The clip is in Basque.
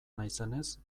naizenez